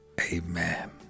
Amen